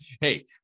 hey